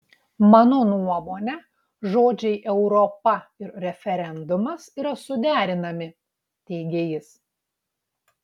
mano nuomone žodžiai europa ir referendumas yra suderinami teigė jis